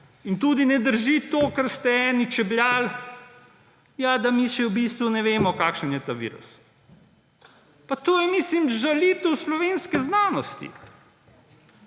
In tudi ne drži to, kar ste eni čebljali, da mi še v bistvu ne vemo, kakšen je ta virus. Pa to je žalitev slovenske znanosti.